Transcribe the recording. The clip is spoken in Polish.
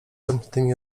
zamkniętymi